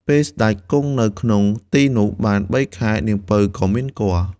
ពេលសេ្តចគង់នៅក្នុងទីនោះបានបីខែនាងពៅក៏មានគភ៌‌។